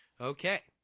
Okay